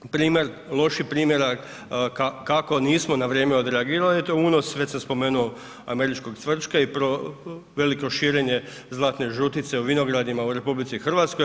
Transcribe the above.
Primjer loših primjera kako nismo na vrijeme odreagirali to je unos već sam spomenuo američkog cvrčka i veliko širenje zlatne žutice u vinogradima u RH.